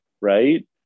Right